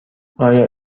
آیا